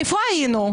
איפה היינו?